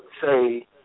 say